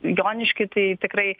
jonišky tai tikrai